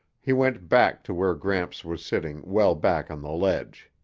he went back to where gramps was sitting well back on the ledge.